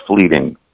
fleeting